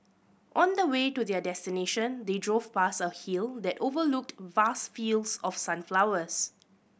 on the way to their destination they drove past a hill that overlooked vast fields of sunflowers